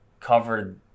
covered